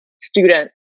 student